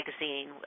magazine